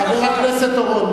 חבר הכנסת אורון,